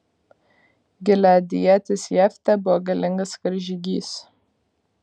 gileadietis jeftė buvo galingas karžygys